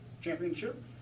championship